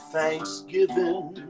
Thanksgiving